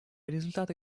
результаты